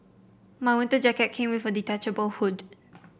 my winter jacket came with a detachable hood